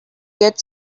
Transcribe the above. get